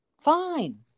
Fine